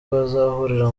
bazahurira